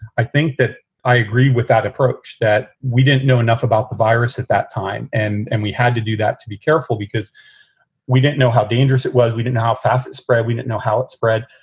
i think that i agree with that approach, that we didn't know enough about the virus at that time. and and we had to do that to be careful because we didn't know how dangerous it was. we didn't know how fast it spread. we don't know how it spread.